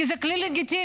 כי זה כלי לגיטימי,